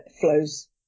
flows